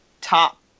top